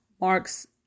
marks